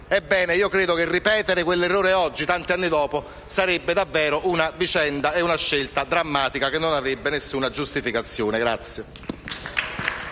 ebbene, credo che ripetere quell'errore oggi, tanti anni dopo, sarebbe davvero una scelta drammatica, che non avrebbe alcuna giustificazione.